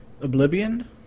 Oblivion